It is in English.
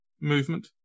movement